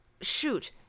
shoot